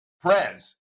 Prez